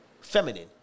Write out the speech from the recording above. feminine